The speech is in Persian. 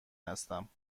هستم